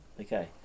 Okay